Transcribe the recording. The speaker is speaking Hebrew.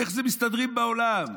איך מסתדרים בעולם?